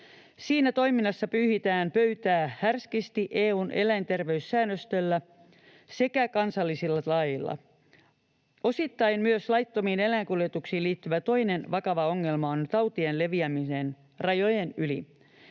Siinä toiminnassa pyyhitään härskisti pöytää EU:n eläinterveyssäännöstöllä sekä kansallisilla laeilla. Osittain myös laittomiin eläinkuljetuksiin liittyvä toinen vakava ongelma on tautien leviäminen rajojen yli.